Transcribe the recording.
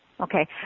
Okay